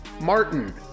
Martin